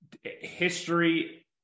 history